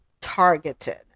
targeted